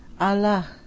Allah